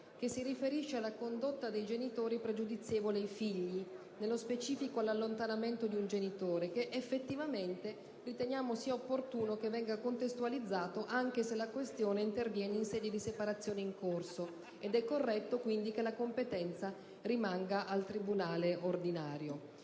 civile, riferito alla condotta dei genitori pregiudizievole ai figli e, nello specifico, all'allontanamento di un genitore, che riteniamo sia opportuno venga contestualizzato, anche se la questione interviene in sede di separazione in corso. È corretto, quindi, che in tal caso la competenza rimanga al tribunale ordinario.